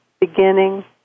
beginning